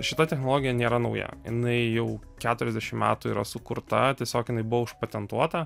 šita technologija nėra nauja jinai jau keturiasdešim metų yra sukurta tiesiog jinai buvo užpatentuota